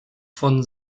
von